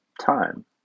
time